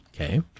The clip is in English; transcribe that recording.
Okay